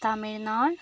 Tamil Nadu